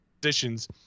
positions